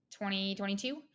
2022